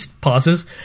pauses